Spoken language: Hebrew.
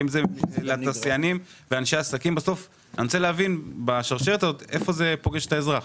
אני רוצה להבין איפה זה פוגש את האזרח